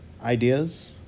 ideas